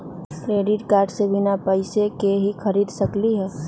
Credit card से बिना पैसे के ही खरीद सकली ह?